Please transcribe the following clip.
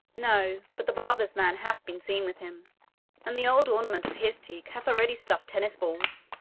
no, but the barber's man hath been seen with him and the old ornament of his cheek hath already stuffed tennis-balls.